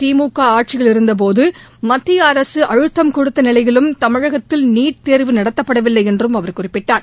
திமுக ஆட்சியிலிருந்த போது மத்திய அரசு அழுத்தம் கொடுத்த நிலையிலும் தமிழகத்தில் நீட் தேர்வு நடத்தப்படவில்லை என்றும் அவர் குறிப்பிட்டார்